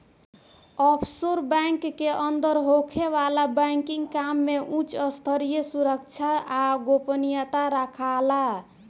offshore bank के अंदर होखे वाला बैंकिंग काम में उच स्तरीय सुरक्षा आ गोपनीयता राखाला